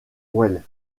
weill